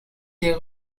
des